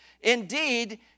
Indeed